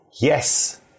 Yes